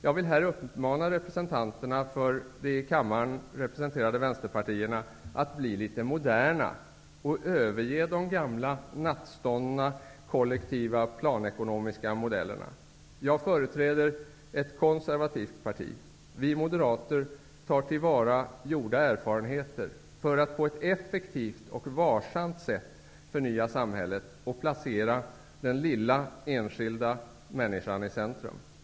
Jag vill här uppmana de i kammaren representerade vänsterpartierna att bli litet moderna och överge de gamla nattståndna kollektiva planekonomiska modellerna. Jag företräder ett konservativt parti. Vi moderater tar till vara gjorda erfarenheter för att på ett effektivt och varsamt sätt förnya samhället och placera den lilla enskilda människan i centrum.